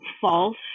false